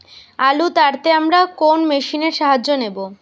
আলু তাড়তে আমরা কোন মেশিনের সাহায্য নেব?